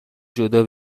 جدا